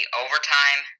overtime